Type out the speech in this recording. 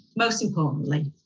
most importantly,